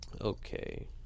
okay